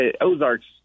Ozarks